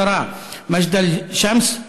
10% מג'דל-שמס,